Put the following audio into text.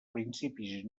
principis